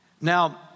Now